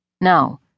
No